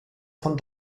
von